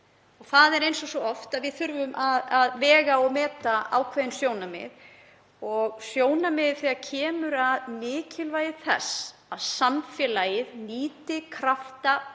Það er eins og svo oft að við þurfum að vega og meta ákveðin sjónarmið. Og sjónarmiðið um mikilvægi þess að samfélagið nýti krafta beggja